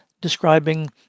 describing